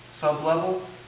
sublevel